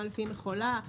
גם לפי מכולה,